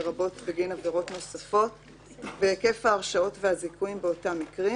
לרבות בגין עבירות נוספות והיקף ההרשעות והזיכויים באותם מקרים.